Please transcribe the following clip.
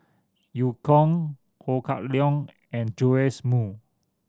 Eu Kong Ho Kah Leong and Joash Moo